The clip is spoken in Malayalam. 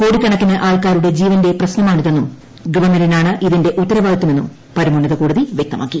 കോടികണക്കിന് ആൾക്കാരുടെ ജീവന്റെ പ്രശ്നമാണിതെന്നും ഗവൺമെന്റിനാണ് ഇതിന്റെ ഉത്തരവാദിത്തമെന്നും പരമോന്നത കോടതി വൃക്തമാക്കി